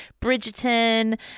Bridgerton